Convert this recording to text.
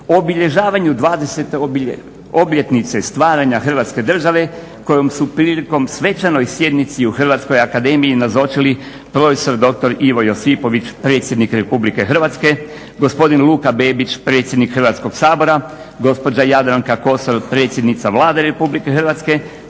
obilježavanju 20.obljetnice stvaranja Hrvatske države kojom su prilikom svečanoj sjednici u Hrvatskoj akademiji nazočili prof.dr. Ivo Josipović predsjednik RH, gospodin Luka Bebić predsjednik Hrvatskog sabora, gospođa Jadranka Kosor predsjednica Vlade RH, te